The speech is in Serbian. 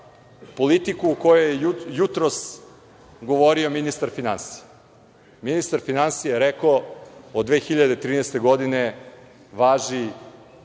politiku o kojoj je jutros govorio ministar finansija. Ministar finansija je rekao od 2013. godine važi